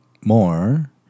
more